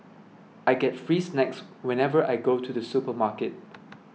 I get free snacks whenever I go to the supermarket